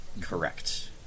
Correct